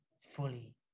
fully